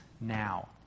now